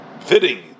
fitting